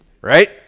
Right